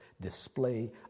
display